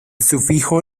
sufijo